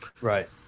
Right